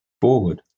forward